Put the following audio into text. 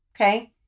okay